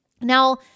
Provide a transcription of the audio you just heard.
Now